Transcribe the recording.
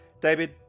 David